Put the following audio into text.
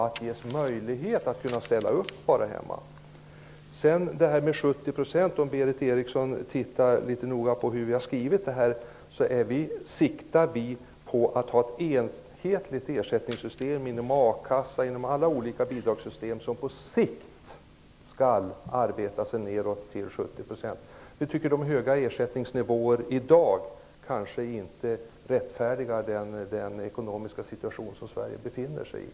Vidare var det frågan om 70 % ersättningsnivå. Berith Eriksson skall titta noga på vad vi har skrivit. Vi siktar på att ha ett enhetligt ersättningssystem inom alla olika bidragsområden. Ersättningsnivån skall på sikt arbetas nedåt till 70 %. Vi tycker att de höga ersättningsnivåerna i dag inte är rättfärdigade i den ekonomiska situation som Sverige befinner sig i.